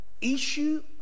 issue